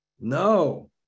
no